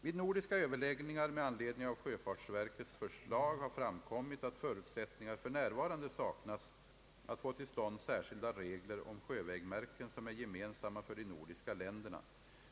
Vid nordiska överläggningar med anledning av sjöfartsverkets förslag har framkommit att förutsättningar f.n. saknas att få till stånd särskilda regler om sjövägmärken som är gemensamma för de nordiska länderna.